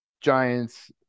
giants